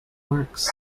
works